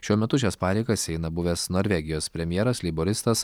šiuo metu šias pareigas eina buvęs norvegijos premjeras leiboristas